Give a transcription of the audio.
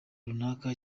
runaka